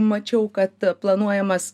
mačiau kad planuojamas